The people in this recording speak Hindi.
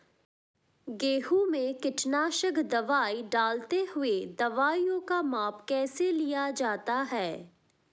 गेहूँ में कीटनाशक दवाई डालते हुऐ दवाईयों का माप कैसे लिया जाता है?